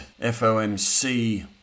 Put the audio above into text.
FOMC